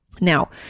Now